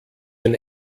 den